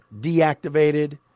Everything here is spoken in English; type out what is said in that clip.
deactivated